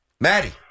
Maddie